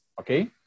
okay